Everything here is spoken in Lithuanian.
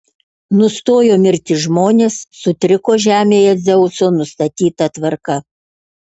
nustojo mirti žmonės sutriko žemėje dzeuso nustatyta tvarka